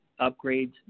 upgrades